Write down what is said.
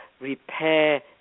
repair